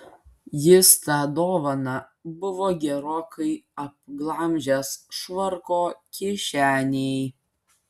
jis tą dovaną buvo gerokai apglamžęs švarko kišenėj